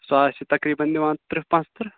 سُہ آسہِ تقریٖباً نِوان تٕرٛہ پانٛژھ تٕرٛہ